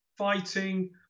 Fighting